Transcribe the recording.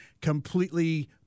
completely